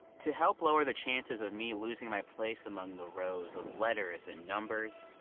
to help lower the chances of me losing my place among the rows of letters and numbers,